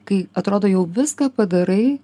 kai atrodo jau viską padarai